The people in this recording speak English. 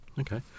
Okay